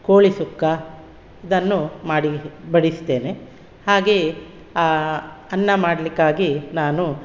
ಕೋಳಿ ಸುಕ್ಕ ಇದನ್ನು ಮಾಡಿ ಬಡಿಸ್ತೇನೆ ಹಾಗೆ ಅನ್ನ ಮಾಡಲಿಕ್ಕಾಗಿ ನಾನು